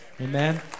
Amen